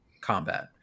combat